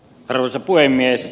arvoisa puhemies